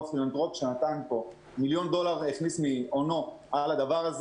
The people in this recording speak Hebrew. הוא הפילנטרופ שנתן פה מיליון דולר מהונו לזה.